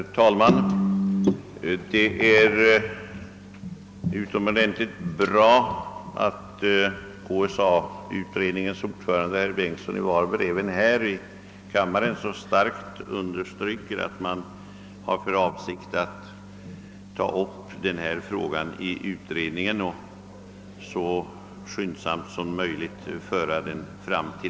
Herr talman! Det är utomordentligt bra att KSA-utredningens ordförande, herr Bengtsson i Varberg, även här i kammaren starkt understryker att utredningen har för avsikt att ta upp denna fråga och så skyndsamt som möjligt försöka lösa den.